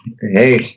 hey